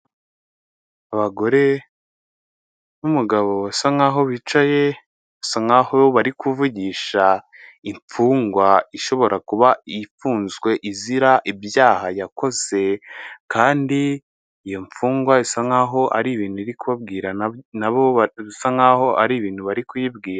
Abagore n'umugabo basa nkaho bicaye basa nkaho bari kuvugisha imfungwa ishobora kuba ifunzwe izira ibyaha yakoze kandi iyo mfungwa isa nkaho ari ibintu iri kubabwira, nabo bisa nkaho hari ibintu bari kuyibwira.